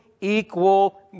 equal